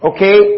Okay